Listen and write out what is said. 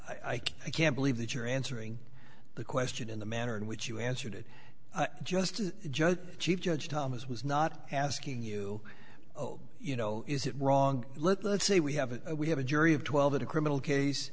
can't i can't believe that you're answering the question in the manner in which you answered it just a joke chief judge thomas was not asking you oh you know is it wrong let's say we have a we have a jury of twelve in a criminal case